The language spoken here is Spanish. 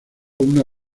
una